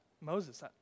Moses